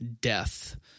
death